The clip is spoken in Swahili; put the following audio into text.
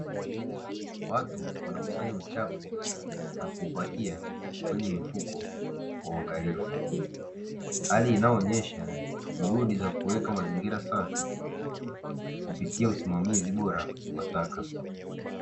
Watu wanakusanya uchafu na kuupakia kwenye mifuko kwa uangalifu, hali inayoonyesha juhudi za kuweka mazingira safi kupitia usimamizi bora wa taka.